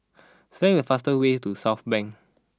select the fast way to Southbank